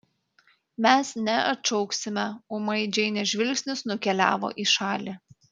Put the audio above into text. mes neatšauksime ūmai džeinės žvilgsnis nukeliavo į šalį